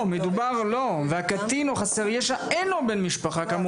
על כך שהקטין או חסר הישע אין לו בן משפחה כאמור